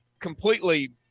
completely